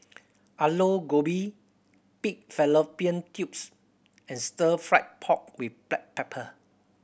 Aloo Gobi pig fallopian tubes and Stir Fried Pork With Black Pepper